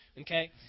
okay